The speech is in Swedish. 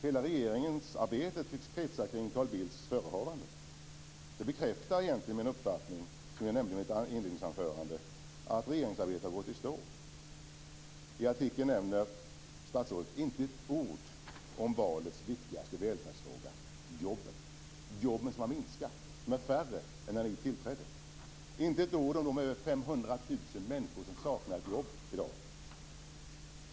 Hela regeringsarbetet tycks kretsa kring Carl Bildts förehavanden. Det bekräftar egentligen den uppfattning som jag nämnde i mitt inledningsanförande, nämligen att regeringsarbetet har gått i stå. I artikeln nämner statsrådet inte ord om valets viktigaste välfärdsfråga - jobben. Jobben har ju minskat. De är färre nu än när ni tillträdde. Statsrådet nämner inte ord om de över 500 000 människor som saknar ett jobb i dag.